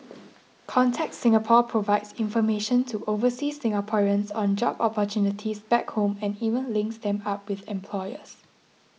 contact Singapore provides information to overseas Singaporeans on job opportunities back home and even links them up with employers